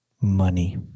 Money